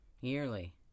yearly